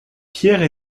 pierre